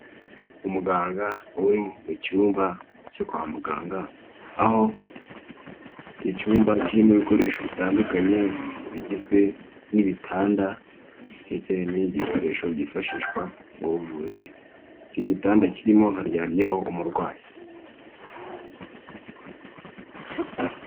Umuganga uri mu cyumba cyo kwa muganga aho icyo cyumba kirimo ibikoresho bitandukanye bigizwe n'ibitanda ndetse n'ibindi bikoresho byifashishwa mu buvuzi, icyo gitanda kirimo haryamyeho umurwayi.